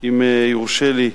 אם יורשה לי,